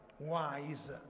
wise